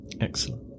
Excellent